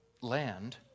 land